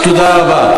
תודה רבה.